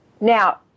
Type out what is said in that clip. Now